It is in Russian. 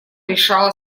решала